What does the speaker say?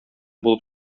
булып